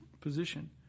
position